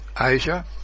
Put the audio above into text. Asia